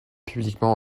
publiquement